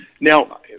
Now